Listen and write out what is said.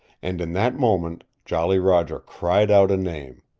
and in that moment jolly roger cried out a name.